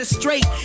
straight